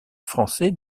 français